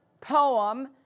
poem